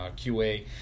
QA